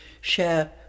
share